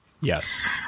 Yes